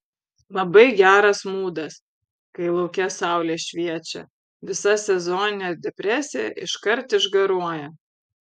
labai geras mūdas kai lauke saulė šviečia visa sezoninė depresija iškart išgaruoja